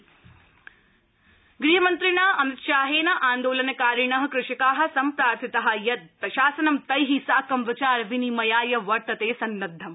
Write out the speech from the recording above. Shah farmers गृहमंत्रिणा अमित शाहेन आन्दोलन कारिण कृषका सम्प्रार्थिता यत् प्रशासनं तै साकं विचार विनिमयाय वर्तते सन्नद्वम्